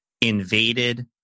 invaded